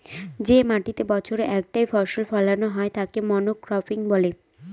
যে মাটিতেতে বছরে একটাই ফসল ফোলানো হয় তাকে মনোক্রপিং বলে